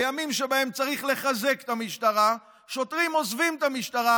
בימים שבהם צריך לחזק את המשטרה שוטרים עוזבים את המשטרה,